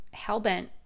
hellbent